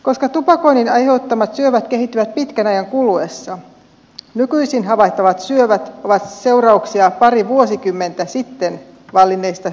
koska tupakoinnin aiheuttamat syövät kehittyvät pitkän ajan kuluessa nykyisin havaittavat syövät ovat seurauksia pari vuosikymmentä sitten vallinneista tupakointitottumuksista